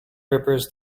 rippers